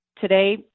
today